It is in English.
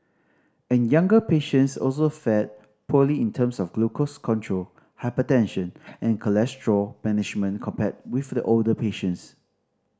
and younger patients also fared poorly in terms of glucose control hypertension and cholesterol management compared with the older patients